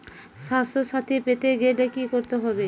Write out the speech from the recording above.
স্বাস্থসাথী পেতে গেলে কি করতে হবে?